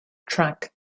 track